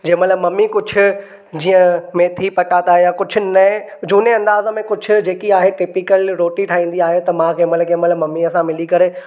जंहिं महिल ममी कुझु जीअं मेथी पटाटा या कुझु नए झूने अंदाज़ में कुझु जे आहे टिपिकल रोटी ठाहींदी आहे त मां कंहिं महिल कंहिं महिल ममीअ सां मिली करे